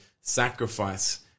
sacrifice